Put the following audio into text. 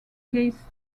case